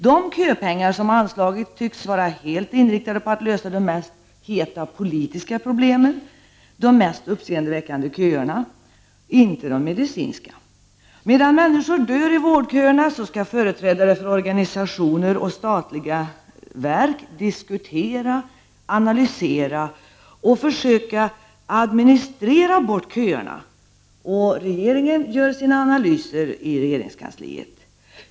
De köpengar som anslagits tycks vara helt inriktade på att de mest heta politiska problemen skall lösas, dvs. de mest uppseendeväckande köerna, inte de medicinska problemen. Medan människor dör i vårdköerna skall företrädare för organisationer och statliga verk diskutera, analysera och försöka administrera bort köerna, och regeringen gör analyser.